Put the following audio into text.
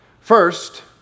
First